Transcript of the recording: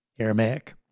Aramaic